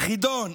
חידון.